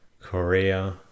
Korea